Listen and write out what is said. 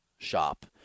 Shop